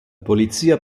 polizia